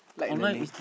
online is